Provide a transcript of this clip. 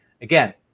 again